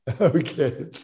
Okay